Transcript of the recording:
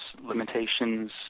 limitations